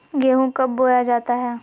गेंहू कब बोया जाता हैं?